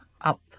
up